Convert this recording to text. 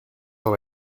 dans